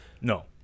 No